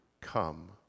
Come